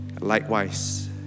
Likewise